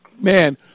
man